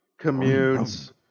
commutes